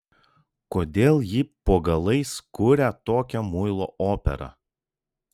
kodėl ji po galais kuria tokią muilo operą